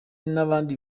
n’abandi